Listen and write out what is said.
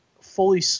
fully